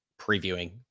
previewing